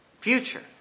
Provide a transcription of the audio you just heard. Future